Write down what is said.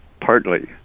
partly